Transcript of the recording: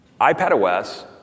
iPadOS